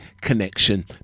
Connection